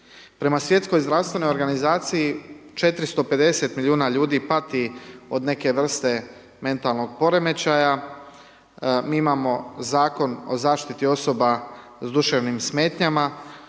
Prema Svjetskoj zdravstvenoj organizaciji 450 milijuna ljudi pati od neke vrste mentalnog poremećaja, mi imamo Zakon o zaštiti osoba s duševnim smetnjama